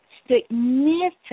significant